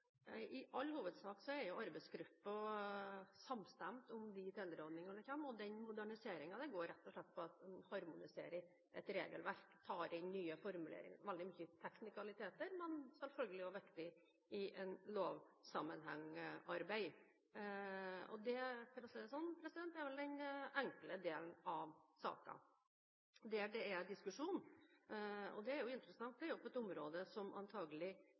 I all hovedsak er arbeidsgruppen samstemt om de tilrådinger en kommer med. Moderniseringen går rett og slett på at en harmoniserer et regelverk, tar inn nye formuleringer – veldig mange teknikaliteter som selvfølgelig også er viktig i et lovsammenhengsarbeid. For å si det slik: Det er den enkle delen av saken. Det det er diskusjon om – og det er interessant – er på et område som antakelig utgjør den minste delen av salgslagenes arbeid. I all hovedsak er